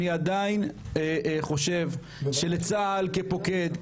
אני עדיין חושב שלצה"ל כפוקד,